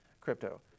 crypto